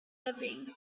living